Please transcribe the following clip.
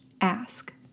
ask